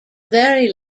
very